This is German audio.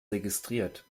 registriert